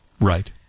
Right